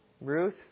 Ruth